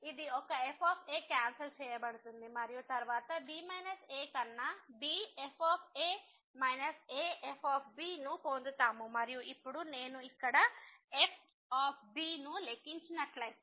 కాబట్టి ఇది ఒక f క్యాన్సల్ చేయబడుతుంది మరియు తరువాత b a కన్నా b f a a f ను పొందుతాము మరియు ఇప్పుడు నేను ఇక్కడ f ను లెక్కించినట్లయితే